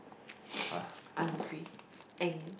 hungry ang~